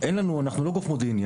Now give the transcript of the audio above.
אנחנו לא גוף מודיעיני,